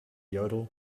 yodel